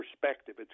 perspective